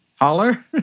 holler